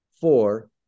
four